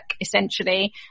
essentially